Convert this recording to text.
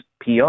PR